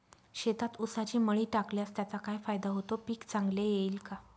शेतात ऊसाची मळी टाकल्यास त्याचा काय फायदा होतो, पीक चांगले येईल का?